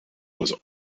was